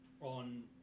on